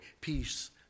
peace